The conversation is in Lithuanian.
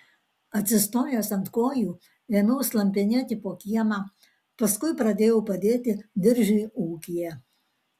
atsistojęs ant kojų ėmiau slampinėti po kiemą paskui pradėjau padėti diržiui ūkyje